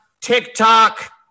TikTok